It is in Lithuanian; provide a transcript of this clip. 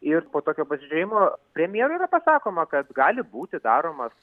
ir po tokio pasižiūrėjimo premjerui yra pasakoma kas gali būti daromas